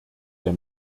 der